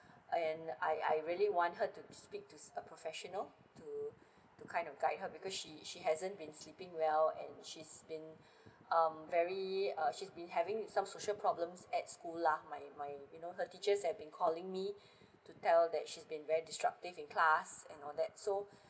and I I really want her to speak to a professional to to kind of guide her because she she hasn't been sleeping well and she's been um very uh she's been having some social problems at school lah my my you know her teachers have been calling me to tell that she's been very disruptive in class and all that so